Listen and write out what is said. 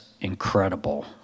incredible